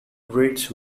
rates